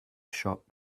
shop